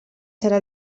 serà